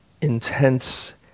intense